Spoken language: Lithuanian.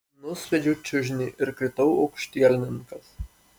nusviedžiau čiužinį ir kritau aukštielninkas